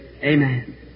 Amen